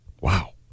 Wow